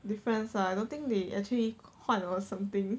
difference lah I don't think they actually 换 or something